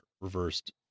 reversed